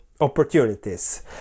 opportunities